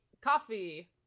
coffee